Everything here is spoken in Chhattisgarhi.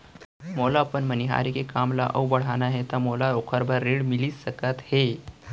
मोला अपन मनिहारी के काम ला अऊ बढ़ाना हे त का मोला ओखर बर ऋण मिलिस सकत हे?